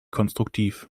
konstruktiv